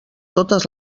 totes